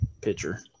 pitcher